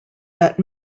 that